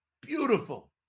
Beautiful